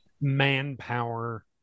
manpower